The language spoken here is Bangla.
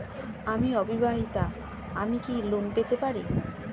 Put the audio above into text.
আমি অবিবাহিতা আমি কি লোন পেতে পারি?